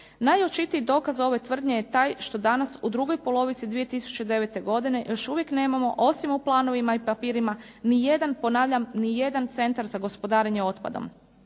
Najočitiji dokaz ove tvrdnje je taj što danas u drugoj polovici 2009. godine još uvijek nemamo, osim u planovima i papirima, nijedan ponavljam nijedan centar za gospodarenje otpadom.